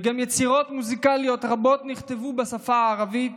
וגם יצירות מוזיקליות רבות נכתבו בשפה הערבית.